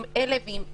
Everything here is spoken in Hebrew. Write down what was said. עם אלה ועם אלה.